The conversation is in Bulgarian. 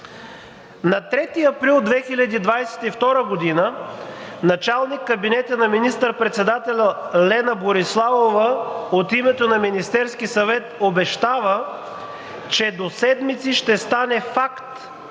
На 3 април 2022 г. началникът на кабинета на министър председателя – Лена Бориславов, от името на Министерския съвет обещава, че до седмици ще станат факт